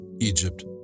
Egypt